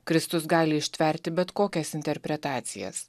kristus gali ištverti bet kokias interpretacijas